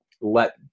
let